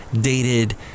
dated